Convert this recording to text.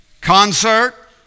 concert